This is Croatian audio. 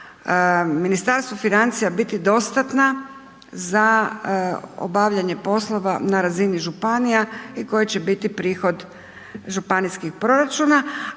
Ministarstvu financija biti dostatna za obavljanje poslova na razini županija i koja će biti prihod županijskih proračuna,